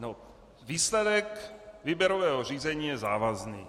No, výsledek výběrového řízení je závazný.